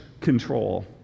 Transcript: control